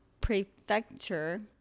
Prefecture